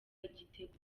igitego